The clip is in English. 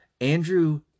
Andrew